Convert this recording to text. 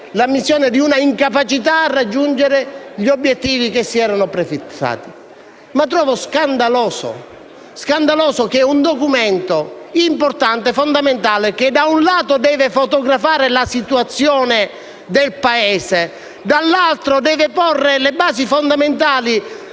l'ammissione di una incapacità a raggiungere gli obiettivi prefissati. Ma trovo scandaloso che un Documento importante e fondamentale, che da un lato deve fotografare la situazione del Paese e dall'altro deve porre le basi fondamentali